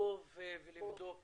לעקוב ולבדוק.